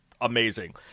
amazing